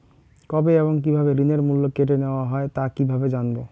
কবে এবং কিভাবে ঋণের মূল্য কেটে নেওয়া হয় তা কিভাবে জানবো?